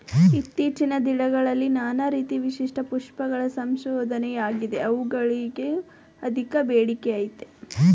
ಇತ್ತೀಚಿನ ದಿನದಲ್ಲಿ ನಾನಾ ರೀತಿ ವಿಶಿಷ್ಟ ಪುಷ್ಪಗಳ ಸಂಶೋಧನೆಯಾಗಿದೆ ಅವುಗಳಿಗೂ ಅಧಿಕ ಬೇಡಿಕೆಅಯ್ತೆ